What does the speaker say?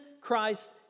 Christ